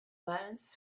was